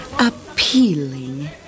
appealing